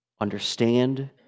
understand